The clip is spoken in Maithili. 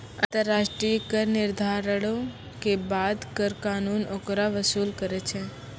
अन्तर्राष्ट्रिय कर निर्धारणो के बाद कर कानून ओकरा वसूल करै छै